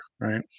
right